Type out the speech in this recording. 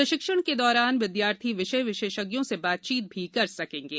प्रशिक्षण के दौरान विद्यार्थी विषय विशेषज्ञों से बातचीत भी कर सकेंगे